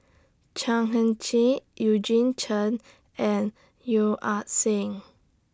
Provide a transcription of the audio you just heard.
Chan Heng Chee Eugene Chen and Yeo Ah Seng